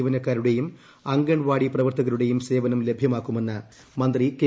ജീവനക്കാരുടേയും അങ്കൻവാടി പ്രവർത്തകരുടേയും സേവനം ലഭ്യമാക്കുമെന്ന് മന്ത്രി കെ